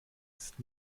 ist